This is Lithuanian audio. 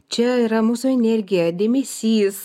čia yra mūsų energija dėmesys